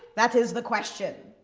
that is the question.